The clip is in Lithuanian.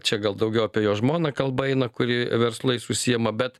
čia gal daugiau apie jo žmoną kalba eina kuri verslais užsiima bet